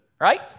Right